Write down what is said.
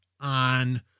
on